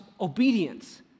obedience